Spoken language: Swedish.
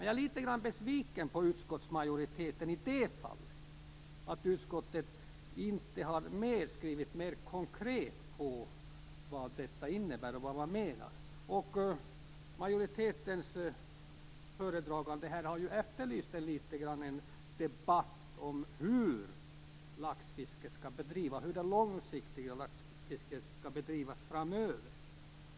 Jag är dock litet besviken över att utskottsmajoriteten i det här fallet inte har skrivit mer konkret vad detta innebär och vad man menar. Majoritetens föredragande har ju här litet grand efterlyst en debatt om hur laxfisket långsiktigt skall bedrivas framöver.